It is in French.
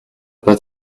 pas